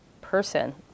person